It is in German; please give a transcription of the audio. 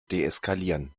deeskalieren